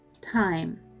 time